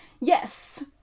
Yes